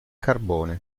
carbone